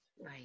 right